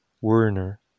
Werner